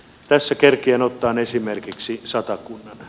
tässä kerkeän ottaa esimerkiksi satakunnan